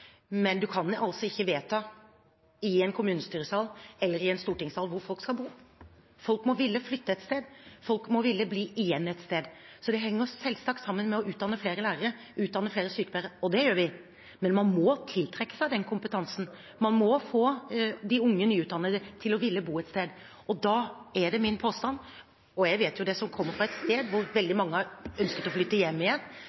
men man kan altså ikke vedta i en kommunestyresal eller stortingssal hvor folk skal bo. Folk må ville flytte et sted. Folk må ville bli igjen et sted. Det henger selvsagt sammen med å utdanne flere lærere, utdanne flere sykepleiere – og det gjør vi – men man må tiltrekke seg den kompetansen, man må få de unge, nyutdannede til å ville bo et sted. Da er det min påstand – og jeg vet det som kommer fra et sted hvor veldig mange ønsker å flytte hjem igjen,